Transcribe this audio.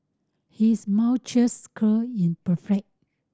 his curl is perfect